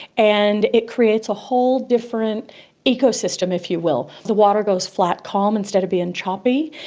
and it creates a whole different ecosystem, if you will. the water goes flat calm instead of being choppy,